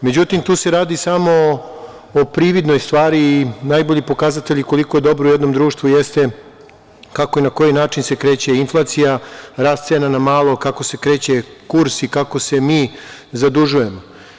Međutim, tu se radi samo o prividnoj stvari i najbolji pokazatelji koliko je dobro u jednom društvu jeste kako i na koji način se kreće inflacija, rast cene na malo, kako se kreće kurs i kako se mi zadužujemo.